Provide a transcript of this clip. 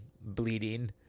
bleeding